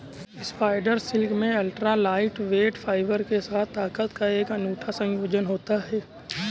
spider silk में ultra lightweight fibre के साथ ताकत का एक अनूठा संयोजन होता है